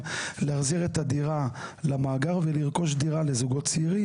להחזיר את הדירה למאגר ולרכוש דירה לזוגות צעירים,